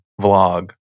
vlog